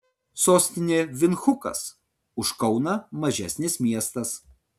sostinė vindhukas už kauną mažesnis miestas